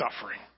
suffering